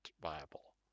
viable